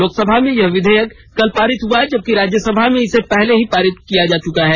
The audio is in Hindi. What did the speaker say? लोकसभा में यह विधेयक कल पारित हुआ जबकि राज्यसभा इसे पहले ही पारित कर चुकी है